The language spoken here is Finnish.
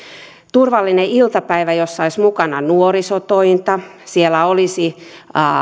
turvallinen iltapäivä jossa olisi mukana nuorisotointa siellä olisi